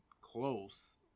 close